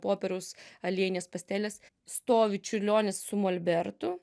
popieriaus aliejinės pastelės stovi čiurlionis su molbertu